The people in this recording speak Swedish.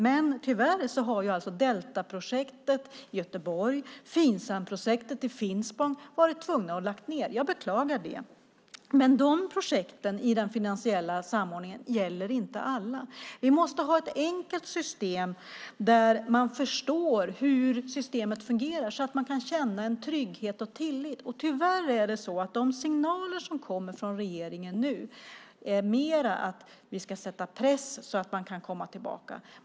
Men tyvärr har man varit tvungna att lägga ned Deltaprojektet i Göteborg och Finsamprojektet i Finspång. Jag beklagar det. Projekten i den finansiella samordningen gäller inte alla. Vi måste ha ett enkelt system där människor förstår hur systemet fungerar så att de kan känna en trygghet och tillit. Tyvärr är de signaler som nu kommer från regeringen mer att man ska sätta press på människor så att de kan komma tillbaka.